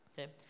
okay